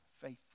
faithful